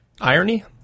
irony